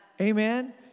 Amen